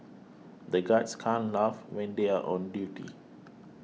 the guards can't laugh when they are on duty